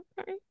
Okay